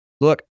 Look